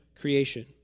creation